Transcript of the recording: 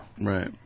right